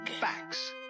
Facts